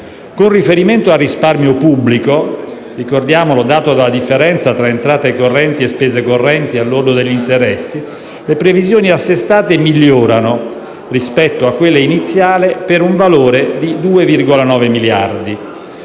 Con riferimento al risparmio pubblico (dato dalla differenza tra entrate correnti e spese correnti al lordo degli interessi), le previsioni assestate migliorano, rispetto a quelle iniziali, per un valore di 2,9 miliardi.